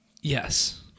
Yes